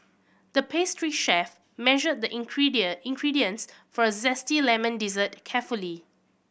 the pastry chef measured the ingredient ingredients for a zesty lemon dessert carefully